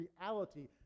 reality